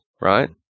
right